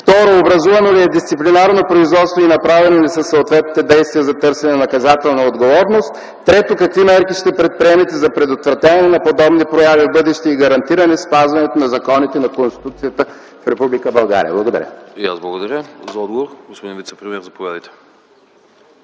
второ, образувано ли е дисциплинарно производство и направени ли са съответните действия за търсене на наказателна отговорност, и - трето, какви мерки ще предприемете за предотвратяване на подобни прояви в бъдеще и гарантиране спазването на законите, на Конституцията в Република България? Благодаря. ПРЕДСЕДАТЕЛ АНАСТАС АНАСТАСОВ: И аз благодаря. За отговор, господин вицепремиер, заповядайте.